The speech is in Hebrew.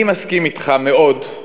אני מסכים אתך מאוד,